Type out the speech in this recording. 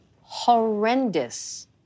horrendous